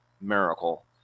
miracle